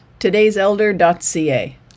todayselder.ca